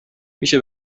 میشه